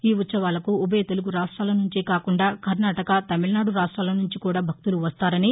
ఈ ఉత్సవాలకు ఉభయ తెలుగు రాష్టాల నుంచే కాకుండా కర్ణాటక తమిళనాదు రాష్టాల నుంచి కూడా భక్తులు వస్తారని